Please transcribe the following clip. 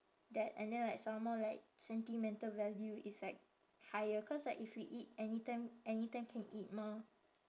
that and then like some more like sentimental value is like higher cause like if we eat anytime anytime can eat mah